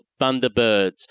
Thunderbirds